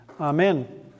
amen